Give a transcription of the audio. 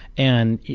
and,